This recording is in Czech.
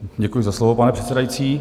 Děkuji za slovo, pane předsedající.